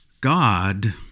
God